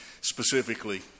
specifically